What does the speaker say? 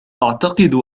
أعتقد